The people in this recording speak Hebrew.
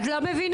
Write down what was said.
את לא מבינה,